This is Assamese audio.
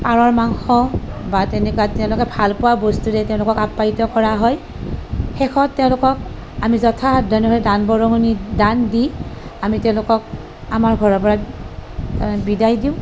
পাৰৰ মাংস বা তেনেকুৱা তেওঁলোকে ভাল পোৱা বস্তুৰে তেওঁলোকক আপ্যায়িত কৰা হয় শেষত তেওঁলোকক আমি যথাসাধ্য অনুসৰি দান বৰঙণি দান দি আমি তেওঁলোকক আমাৰ ঘৰৰপৰা বিদায় দিওঁ